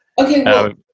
Okay